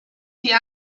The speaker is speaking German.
die